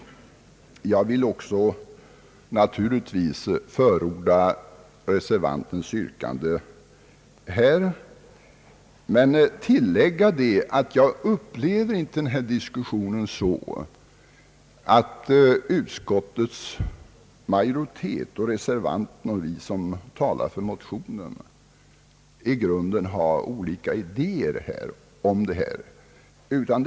Jag förordar naturligtvis reservantens yrkande men jag vill tillägga att jag inte upplever den här diskussionen så att utskottsmajoriteten, reservanten och vi som talar för motionen i grunden skulle ha olika idéer om denna sak.